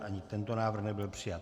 Ani tento návrh nebyl přijat.